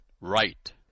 right